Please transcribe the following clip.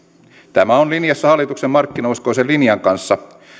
tämä on linjassa hallituksen markkinauskoisen linjan kanssa